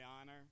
honor